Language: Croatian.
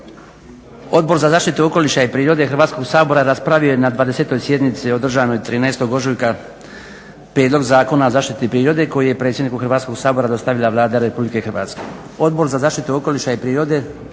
Odbor za zaštitu okoliša i prirode Hrvatskog sabora raspravio je na 20.sjednici održanoj 13.ožujka Prijedlog Zakona o zaštiti prirode koji je predsjedniku Hrvatskog sabora dostavila Vlada RH. Odbor za zaštitu okoliša i prirode